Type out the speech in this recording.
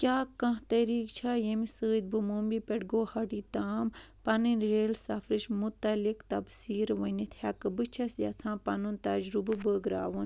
کیٛاہ کانٛہہ طریٖقہٕ چھےٚ ییٚمہِ سۭتۍ بہٕ مُمبیہِ پؠٹھٕ گوہاٹی تام پنٕنۍ ریل سَفرٕچ متعلق تبسیٖر ؤنِتھ ہؠکہٕ بہٕ چھَس یژھان پنُن تجرُبہٕ بٲگراوُن